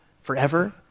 forever